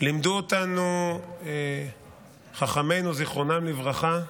לימדו אותנו חכמינו זיכרונם לברכה: